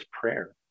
prayer